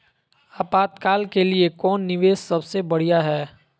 आपातकाल के लिए कौन निवेस सबसे बढ़िया है?